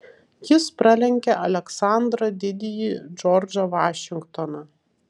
jis pralenkė aleksandrą didįjį džordžą vašingtoną